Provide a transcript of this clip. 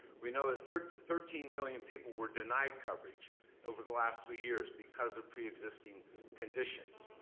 we know that thirteen thirteen million people were denied coverage over the last three years because of preexisting conditions.